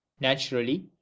naturally